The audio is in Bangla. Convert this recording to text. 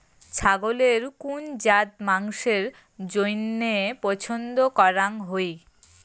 ছাগলের কুন জাত মাংসের জইন্য পছন্দ করাং হই?